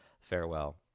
Farewell